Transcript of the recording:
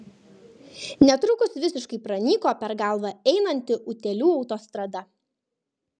netrukus visiškai pranyko per galvą einanti utėlių autostrada